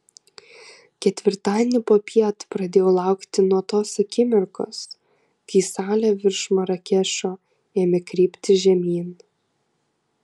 ketvirtadienį popiet pradėjau laukti nuo tos akimirkos kai saulė virš marakešo ėmė krypti žemyn